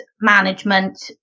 management